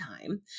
time